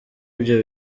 ibyo